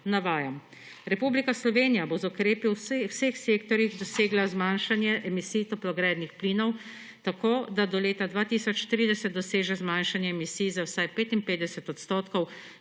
Navajam: »Republika Slovenija bo z ukrepi v vseh sektorjih dosegla zmanjšanje emisij toplogrednih plinov tako, da do leta 2030 doseže zmanjšanje emisij za vsaj 55 %